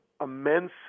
immense